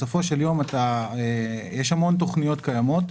בסופו של יום יש המון תכניות קיימות.